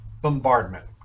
bombardment